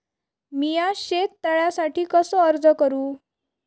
मीया शेत तळ्यासाठी कसो अर्ज करू?